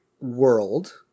World